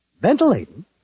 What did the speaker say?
Ventilating